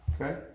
Okay